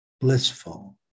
blissful